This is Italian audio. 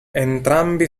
entrambi